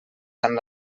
tant